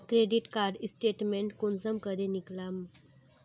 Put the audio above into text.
Credit कार्डेर statement कुंसम करे निकलाम?